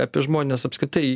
apie žmones apskritai